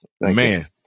man